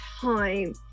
time